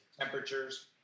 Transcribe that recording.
temperatures